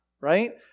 right